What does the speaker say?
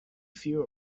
few